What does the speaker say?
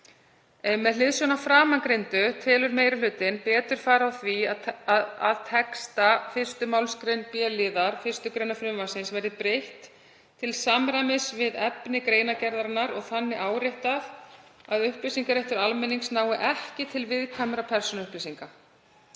Með hliðsjón af framangreindu telur meiri hlutinn betur fara á því að texta 1. mgr. b-liðar 1. gr. frumvarpsins verði breytt til samræmis við efni greinargerðarinnar og þannig áréttað að upplýsingaréttur almennings nái ekki til viðkvæmra persónuupplýsinga.